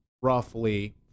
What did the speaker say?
roughly